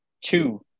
two